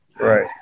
Right